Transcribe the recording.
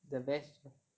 the best